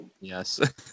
Yes